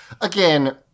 again